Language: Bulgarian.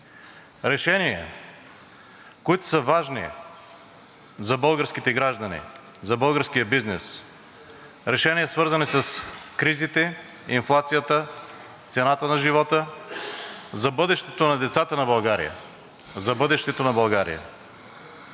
Решения, които са важни за българските граждани, за българския бизнес, решения, свързани с кризите, инфлацията, цената на живота, за бъдещето на децата на България, за бъдещето на България.